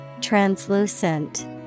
Translucent